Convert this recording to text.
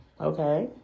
Okay